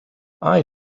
eye